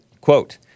quote